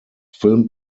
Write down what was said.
film